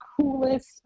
coolest